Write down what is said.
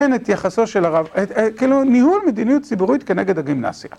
כן, את יחסו של הרב, כאילו, ניהול מדיניות ציבורית כנגד הגימנסיה.